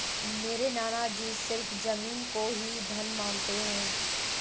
मेरे नाना जी सिर्फ जमीन को ही धन मानते हैं